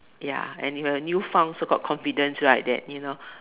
ya and you have a new farm also got confidence right that you know